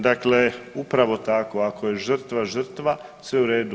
Dakle, upravo tako, ako je žrtva, žrtva, sve u redu.